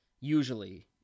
usually